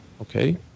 Okay